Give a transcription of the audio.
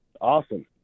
Awesome